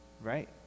right